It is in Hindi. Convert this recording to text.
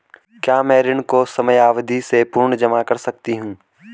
क्या मैं ऋण को समयावधि से पूर्व जमा कर सकती हूँ?